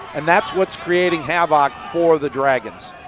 and that's what creating havoc for the dragons.